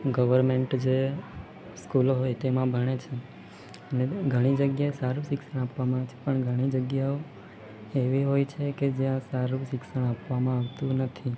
government જે સ્કૂલો હોય તેમાં ભણે છે ને ઘણી જગ્યાએ સારું શિક્ષણ આપવામાં આવે છે પણ ઘણી જગ્યાઓ એવી હોય છે કે જ્યાં સારું શિક્ષણ આપવામાં આવતું નથી